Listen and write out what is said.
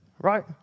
Right